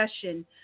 discussion